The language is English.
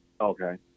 Okay